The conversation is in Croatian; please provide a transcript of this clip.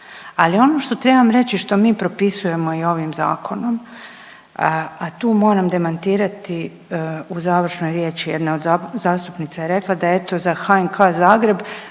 Ali ono što trebam reći što mi propisujemo i ovim zakonom, a tu moram demantirati u završnoj riječi jedan od zastupnica je rekla da eto za HNK Zagreb